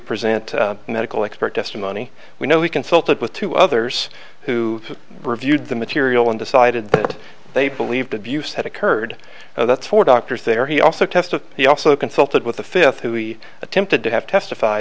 present medical expert testimony we know he consulted with two others who reviewed the material and decided that they believed abuse had occurred so that's four doctors there he also testified he also consulted with the fifth who he attempted to have testif